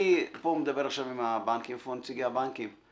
אני פה מדבר עם הנציג של בנק ישראל.